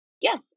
Yes